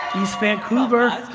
east vancouver.